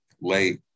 late